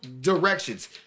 directions